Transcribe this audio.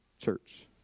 church